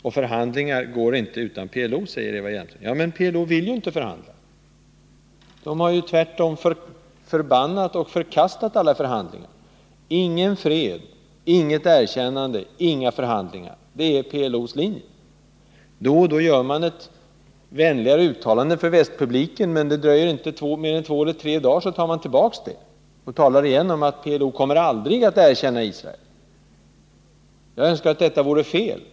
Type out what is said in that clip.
Det går inte att förhandla utan PLO, säger Eva Hjelmström. Men PLO vill ju inte förhandla! De har ju tvärtom förbannat och förkastat alla förhandlingar. Ingen fred, inget erkännande, inga förhandlingar — det är PLO:s linje. Då och då gör man ett vänligare uttalande för västpubliken, men det dröjer inte mer än två eller tre dagar så tar man tillbaka det och talar på nytt om att PLO aldrig kommer att erkänna Israel. Jag önskar att detta vore fel.